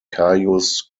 caius